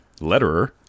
letterer